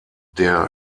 der